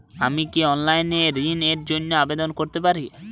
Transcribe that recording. আমি কি অনলাইন এ ঋণ র জন্য আবেদন করতে পারি?